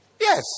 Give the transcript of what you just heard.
Yes